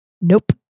nope